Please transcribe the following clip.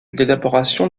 l’élaboration